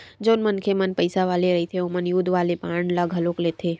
जउन मनखे मन पइसा वाले रहिथे ओमन युद्ध वाले बांड ल घलो लेथे